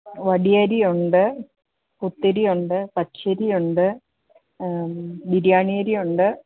വടിയരിയുണ്ട് കുത്തരിയുണ്ട് പച്ചരിയുണ്ട് ബിരിയാണിയരിയുണ്ട്